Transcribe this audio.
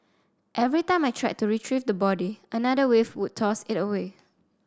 every time I tried to retrieve the body another wave would toss it away